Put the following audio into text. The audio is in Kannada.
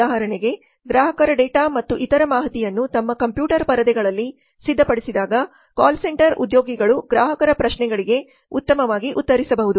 ಉದಾಹರಣೆಗೆ ಗ್ರಾಹಕರ ಡೇಟಾ ಮತ್ತು ಇತರ ಮಾಹಿತಿಯನ್ನು ತಮ್ಮ ಕಂಪ್ಯೂಟರ್ ಪರದೆಗಳಲ್ಲಿ ಸಿದ್ಧಪಡಿಸಿದಾಗ ಕಾಲ್ ಸೆಂಟರ್ ಉದ್ಯೋಗಿಗಳು ಗ್ರಾಹಕರ ಪ್ರಶ್ನೆಗಳಿಗೆ ಉತ್ತಮವಾಗಿ ಉತ್ತರಿಸಬಹುದು